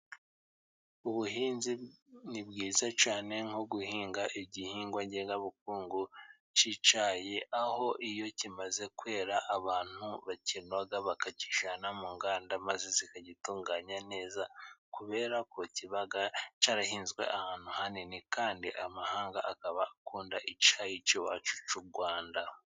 Ubuhinzi ni bwiza cyane nko guhinga igihingwa ngengabukungu cy'icyayi, aho iyo kimaze kwera abantu bakinoga, bakakijyana mu nganda, maze zikagitunganya neza, kubera ko kiba cyarahinzwe ahantu hanini, kandi amahanga akaba akunda icyayi cy'iwacu cy'u Rwanda.